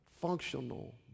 functional